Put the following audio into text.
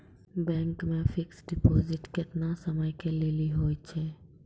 Bank मे fixed deposit केतना समय के लेली होय छै?